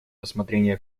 рассмотрение